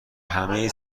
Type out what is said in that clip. همه